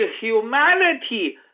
humanity